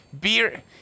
beer